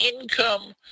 income